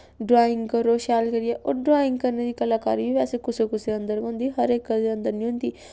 drawing करो शैल करियै ओह् ड्राइंग करने दी कलाकरी बी वैसे कुसै कुसै अन्दर गै होंदी हर इक दे अन्दर निं होंदी